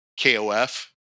KOF